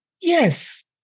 Yes